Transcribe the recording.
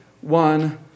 one